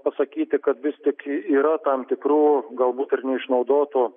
pasakyti kad vis tik yra tam tikrų galbūt ir neišnaudotų